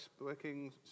working